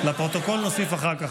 לפרוטוקול נוסיף אחר כך.